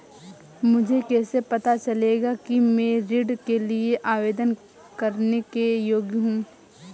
मुझे कैसे पता चलेगा कि मैं ऋण के लिए आवेदन करने के योग्य हूँ?